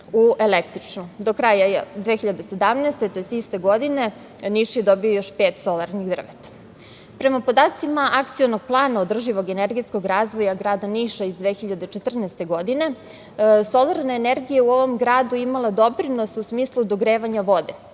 tj. iste godine Niš je dobio još pet solarnih drveta. Prema podacima Akcionog plana održivog energetskog razvoja grada Niša iz 2014. godine solarna energija u ovom gradu je imala doprinos u smislu dogrevanja vode,